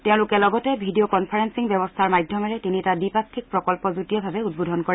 তেওঁলোকে লগতে video conferencing ব্যৱস্থাৰ মাধ্যমেৰে তিনিটা দ্বিপাক্ষিক প্ৰকল্প যুটীয়াভাৱে উদ্বোধন কৰে